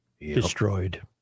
destroyed